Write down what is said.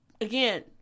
Again